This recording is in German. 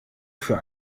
für